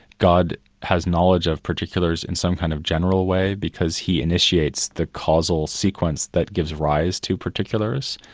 god has knowledge of particulars in some kind of general way, because he initiates the causal sequence that gives rise to particulars.